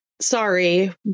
Sorry